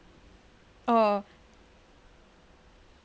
oh